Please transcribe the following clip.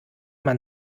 man